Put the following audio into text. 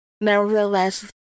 nevertheless